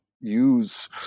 use